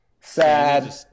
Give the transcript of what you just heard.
sad